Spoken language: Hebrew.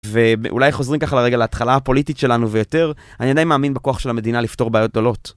ואולי חוזרים ככה לרגע להתחלה הפוליטית שלנו ויותר, אני עדיין מאמין בכוח של המדינה לפתור בעיות גדולות.